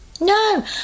No